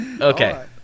Okay